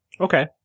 Okay